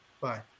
Bye